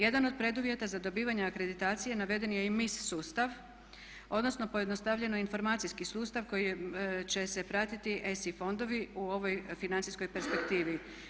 Jedan od preduvjeta za dobivanje akreditacije naveden je i MIS sustav, odnosno pojednostavljeno informacijski sustav koji će se pratiti ESI fondovi u ovoj financijskoj perspektivi.